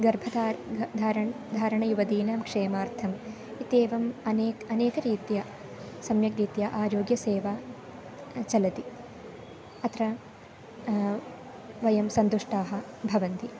गर्भधारणं घ धारणं धारणयुवतीनां क्षेमार्थम् इत्येवम् अनेके अनेकरीत्या सम्यक् रीत्या आरोग्यसेवा चलति अत्र वयं सन्तुष्टाः भवन्ति